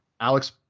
Alex